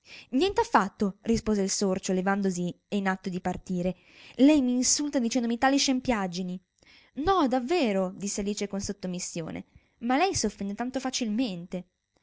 niente affatto rispose il sorcio levandosi e in atto di partire lei m'insulta dicendomi tali scempiaggini no davvero disse alice con sottomissione ma lei s'offende tanto facilmente